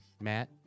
Matt